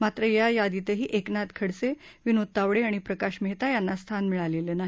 मात्र या यादीतही एकनाथ खडसे विनोद तावडे आणि प्रकाश मेहता यांना स्थान मिळालेलं नाही